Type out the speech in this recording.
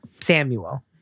Samuel